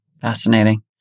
Fascinating